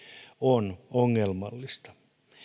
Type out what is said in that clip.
on ongelmallista